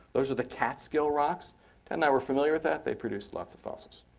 those are the catskill rocks. ted and i were familiar with that. they produced lots of fossils.